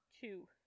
Two